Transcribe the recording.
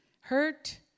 hurt